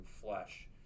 flesh